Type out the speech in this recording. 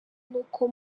n’uko